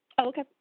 Okay